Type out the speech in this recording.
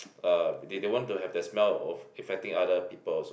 uh they don't want to have the smell of affecting other people also